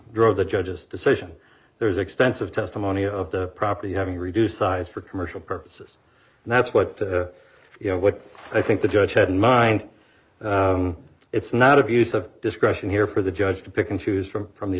drove the judge's decision there's extensive testimony of the property having reduced size for commercial purposes and that's what you know what i think the judge had in mind it's not abuse of discretion here for the judge to pick and choose from from the